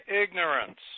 ignorance